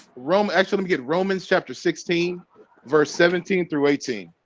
rome actually we get romans chapter sixteen verse seventeen through eighteen